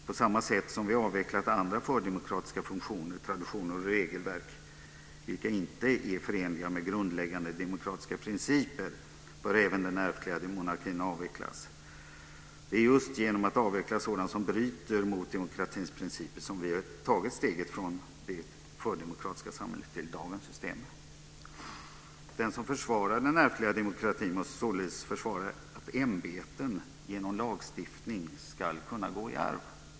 På samma sätt som vi har avvecklat andra fördemokratiska funktioner, traditioner och regelverk som inte är förenliga med grundläggande demokratiska principer bör även den ärftliga monarkin avvecklas. Det är just genom att avveckla sådant som bryter mot demokratins principer som vi har tagit steget från det fördemokratiska samhället till dagens system. Den som försvarar den ärftliga monarkin försvarar således att ämbeten genom lagstiftning ska kunna gå i arv.